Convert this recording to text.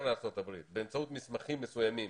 לארצות הברית באמצעות מסמכים מסוימים